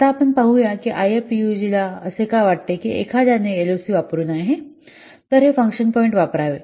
आता आपण पाहूया की आयएफपीयूजीला असे का वाटते की एखाद्याने एलओसी वापरु नये तर हे फंक्शन पॉईंट वापरावे